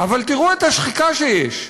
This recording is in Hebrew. אבל תראו את השחיקה שיש: